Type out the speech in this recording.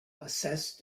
assessed